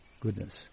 goodness